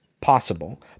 possible